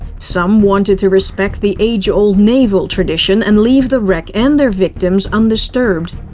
some wanted to respect the age-old naval tradition and leave the wreck and their victims undisturbed.